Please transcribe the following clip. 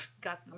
got